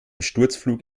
sturzflug